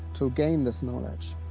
to gain this knowledge.